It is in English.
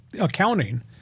accounting